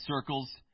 circles